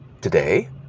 today